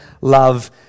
love